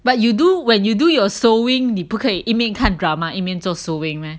but you do when you do your sewing 你不可以一面看 drama 一面做 sewing meh